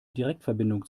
direktverbindung